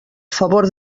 favor